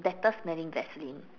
better smelling Vaseline